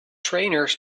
trainers